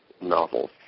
novels